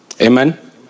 Amen